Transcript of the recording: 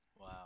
Wow